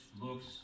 looks